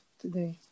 today